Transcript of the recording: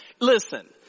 Listen